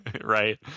Right